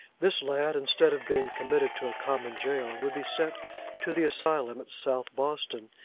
this lad, instead of being committed to a common jail, would be sent to the asylum at south boston,